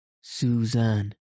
Suzanne